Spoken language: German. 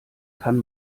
kann